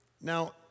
Now